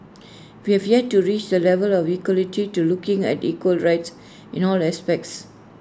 we have yet to reach the level of equality to looking at equal rights in all aspects